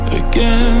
again